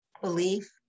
belief